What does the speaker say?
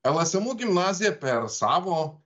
lsmu gimnazija per savo